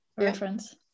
reference